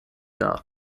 dar